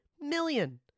million